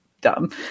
dumb